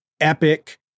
epic